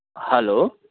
હાલો